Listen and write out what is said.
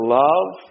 love